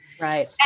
Right